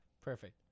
Perfect